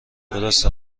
درسته